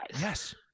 Yes